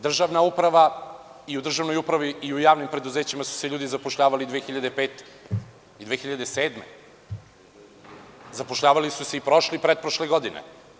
Državna uprava i u državnoj upravi i u javnim preduzećima su se ljudi zapošljavali 2005, 2007. godine, zapošljavali su se i prošle i pretprošle godine.